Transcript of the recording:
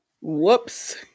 Whoops